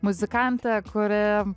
muzikantė kuri